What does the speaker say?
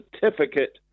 certificate